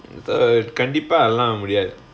err கண்டிப்பா அதலா முடியாது:kandippaa athalaa mudiyaathu